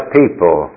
people